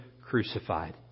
crucified